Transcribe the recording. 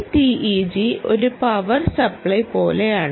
ഈ TEG ഒരു power supply പോലെയാണ്